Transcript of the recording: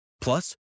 Plus